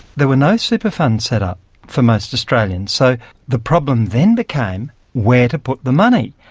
there were no super funds set up for most australians. so the problem then became where to put the money.